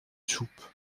soupe